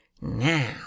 Now